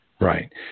Right